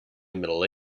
middle